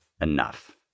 enough